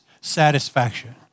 satisfaction